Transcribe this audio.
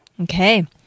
Okay